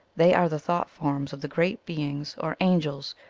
they are the thought-forms of the great beings, or an gels,